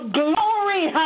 glory